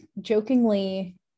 jokingly